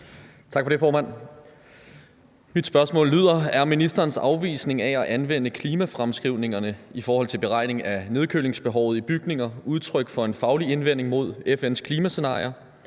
Tak for det, formand. Mit spørgsmål lyder: Er ministerens afvisning af at anvende klimafremskrivninger i forhold til beregning af nedkølingsbehovet i bygninger udtryk for en faglig indvending mod FN’s klimascenarier,